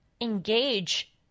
engage